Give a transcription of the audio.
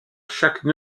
chaque